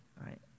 right